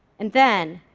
and then,